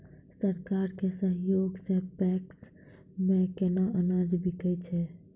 सरकार के सहयोग सऽ पैक्स मे केना अनाज बिकै छै?